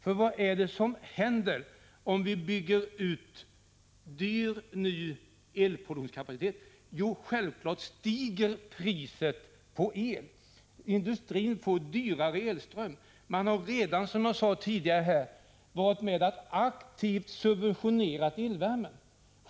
För vad är det som händer om vi bygger ut dyr, ny elproduktionskapacitet? Jo, självfallet stiger priset på el. Industrin får dyrare elström. Man har redan, som jag sade tidigare här, varit med om att aktivt subventionera elvärme.